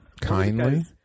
kindly